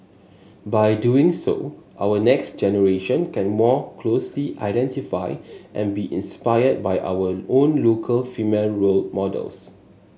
by doing so our next generation can more closely identify and be inspired by our own local female role models